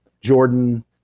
Jordan